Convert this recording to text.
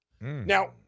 Now